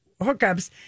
hookups